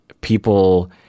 people